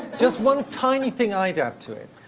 just one tiny thing i adapt to it.